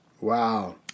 Wow